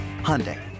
Hyundai